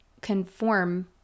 conform